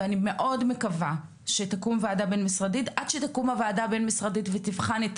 ואני מאוד מקווה שתקום ועדה בין-משרדית שתבחן את